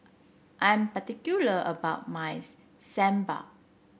I'm particular about my Sambar